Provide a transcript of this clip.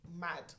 mad